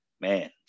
man